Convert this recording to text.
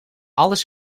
alles